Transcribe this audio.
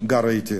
גרה אתי,